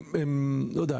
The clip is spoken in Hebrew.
הם לא יודע.